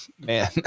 man